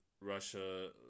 Russia